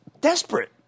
desperate